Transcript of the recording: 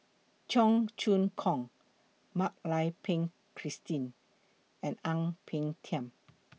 Cheong Choong Kong Mak Lai Peng Christine and Ang Peng Tiam